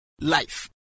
life